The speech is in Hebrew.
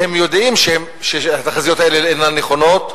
והם יודעים שהתחזיות האלה אינן נכונות,